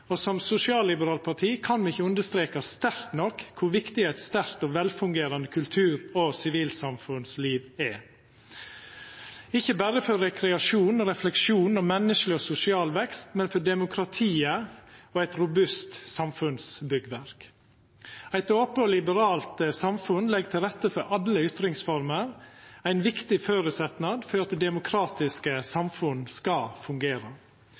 som sosialliberalt parti kan me ikkje understreka sterkt nok kor viktig eit sterkt og velfungerande kultur- og sivilsamfunnsliv er – ikkje berre for rekreasjon, refleksjon og menneskeleg og sosial vekst, men for demokratiet og eit robust samfunnsbyggverk. Eit ope og liberalt samfunn legg til rette for alle ytringsformer – ein viktig føresetnad for at demokratiske samfunn skal fungera.